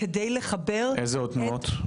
איזה עוד תנועות?